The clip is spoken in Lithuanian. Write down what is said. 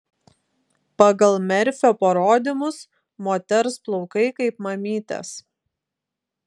pagal merfio parodymus moters plaukai kaip mamytės